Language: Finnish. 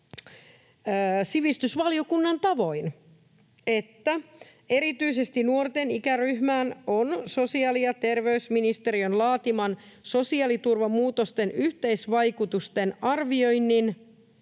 sivistysvaliokunnan tavoin, että erityisesti nuorten ikäryhmään on sosiaali‑ ja terveysministeriön laatiman sosiaaliturvamuutosten yhteisvaikutusten arvioinnin